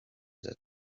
that